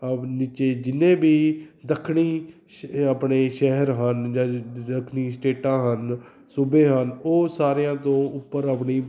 ਨੀਚੇ ਜਿੰਨੇ ਵੀ ਦੱਖਣੀ ਸ਼ ਆਪਣੇ ਸ਼ਹਿਰ ਹਨ ਜਾਂ ਸਟੇਟਾਂ ਹਨ ਸੂਬੇ ਹਨ ਉਹ ਸਾਰਿਆਂ ਤੋਂ ਉੱਪਰ ਆਪਣੀ